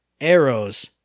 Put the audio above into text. arrows